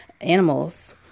animals